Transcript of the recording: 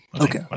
Okay